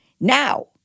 Now